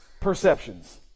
perceptions